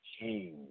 change